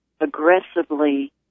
aggressively